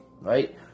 right